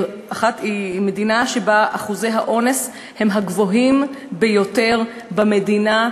והיא מדינה שבה אחוזי האונס הם הגבוהים ביותר במדינה,